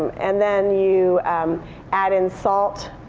and then you add in salt.